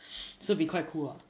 so be quite cool ah